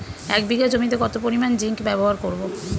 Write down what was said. এক বিঘা জমিতে কত পরিমান জিংক ব্যবহার করব?